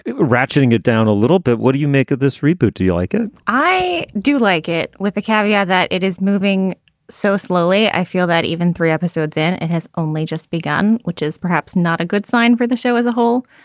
ratcheting it down a little bit. what do you make of this reboot? do you like it? i do like it with the caveat that it is moving so slowly. i feel that even three episodes in it has only just begun, which is perhaps not a good sign for the show as a whole.